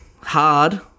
hard